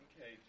Okay